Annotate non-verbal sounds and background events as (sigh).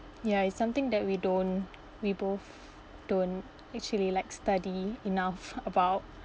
ya it's something that we don't we both don't actually like study enough (laughs) about